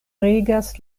regas